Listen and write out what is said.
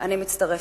אני מצטרפת.